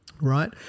right